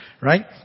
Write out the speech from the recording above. Right